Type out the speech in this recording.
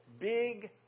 Big